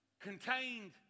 contained